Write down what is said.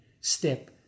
step